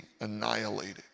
annihilated